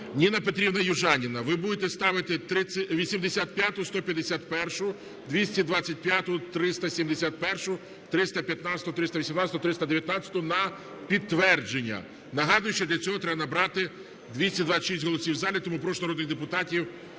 Ніна Петрівна Южаніна, ви будете ставити 85-у, 151-у, 225-у, 371-у, 315-у, 318-у, 319-у на підтвердження. Нагадую, що для цього треба набрати 226 голосів у залі, тому прошу народних депутатів